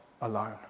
alone